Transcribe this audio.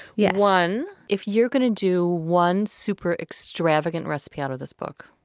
yeah one, if you're going to do one super-extravagant recipe out of this book,